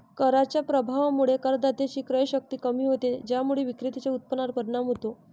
कराच्या प्रभावामुळे करदात्याची क्रयशक्ती कमी होते, ज्यामुळे विक्रेत्याच्या उत्पन्नावर परिणाम होतो